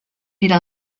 era